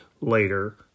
later